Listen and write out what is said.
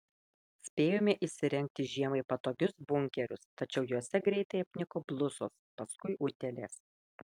spėjome įsirengti žiemai patogius bunkerius tačiau juose greitai apniko blusos paskui utėlės